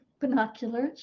binoculars